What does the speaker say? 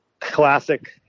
classic